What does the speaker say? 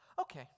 Okay